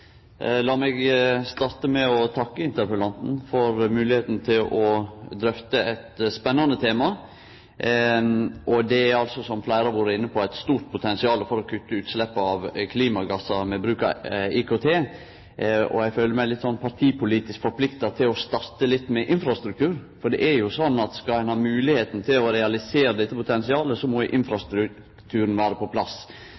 for moglegheita til å drøfte eit spennande tema. Det er, som fleire har vore inne på, eit stort potensial for å kutte utsleppa av klimagassar med bruk av IKT. Eg føler meg litt partipolitisk forplikta til å starte med infrastruktur, for det er jo slik at skal ein ha moglegheit til å realisere dette potensialet, må